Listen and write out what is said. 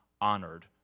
honored